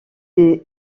des